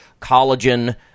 collagen